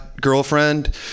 girlfriend